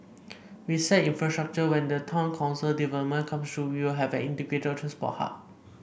besides infrastructure when the town council development comes through we will have an integrated transport hub